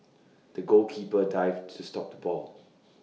the goalkeeper dived to stop the ball